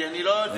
כי אני לא יודע.